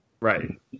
Right